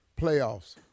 playoffs